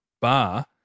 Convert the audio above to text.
bar